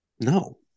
No